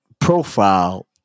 profile